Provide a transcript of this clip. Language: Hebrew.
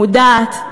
מודעת,